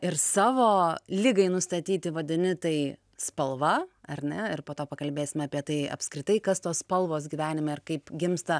ir savo ligai nustatyti vadini tai spalva ar ne ir po to pakalbėsime apie tai apskritai kas tos spalvos gyvenime ir kaip gimsta